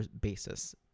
basis